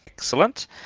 Excellent